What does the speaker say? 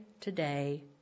today